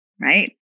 right